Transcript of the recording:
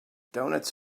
doughnuts